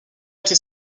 été